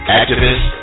activist